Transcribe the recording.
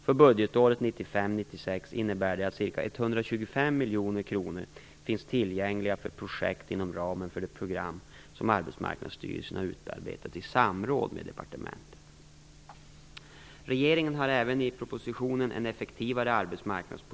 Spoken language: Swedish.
För budgetåret 1995/96 innebär det att ca 125 miljoner kronor finns tillgängliga för projekt inom ramen för det program som Arbetsmarknadsstyrelsen har utarbetat i samråd med departementet.